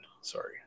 Sorry